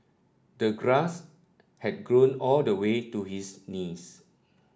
the grass had grown all the way to his knees